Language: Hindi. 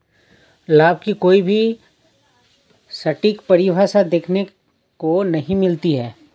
लाभ की कोई भी सटीक परिभाषा देखने को नहीं मिलती है